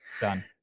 Done